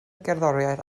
gerddoriaeth